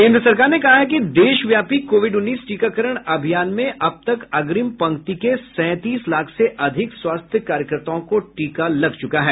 केन्द्र सरकार ने कहा है कि देशव्यापी कोविड उन्नीस टीकाकरण अभियान में अब तक अग्रिम पंक्ति के सैंतीस लाख से अधिक स्वास्थ्य कार्यकर्ताओं को टीका लग चुका है